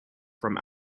from